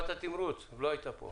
ישנים את זה.